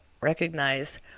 recognize